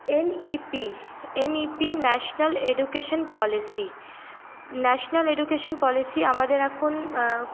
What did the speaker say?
NEP NEP national education policy national education policy আমাদের এখন